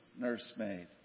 nursemaid